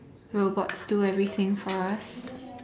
robots do everything for us